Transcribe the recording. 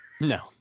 No